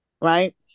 Right